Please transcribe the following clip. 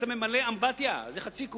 אתה ממלא אמבטיה, זה חצי קוב.